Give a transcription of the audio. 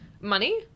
Money